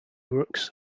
brooks